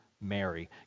Mary